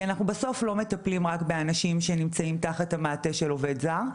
כי אנחנו בסוף לא מטפלים רק באנשים שנמצאים תחת המעטה של עובד זר,